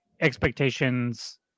expectations